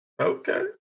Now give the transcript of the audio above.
Okay